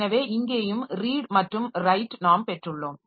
எனவே இங்கேயும் ரீட் மற்றும் ரைட் நாம் பெற்றுள்ளோம்